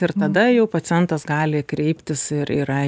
ir tada jau pacientas gali kreiptis ir yra